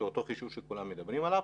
אותו חישוב שכולם מדברים עליו,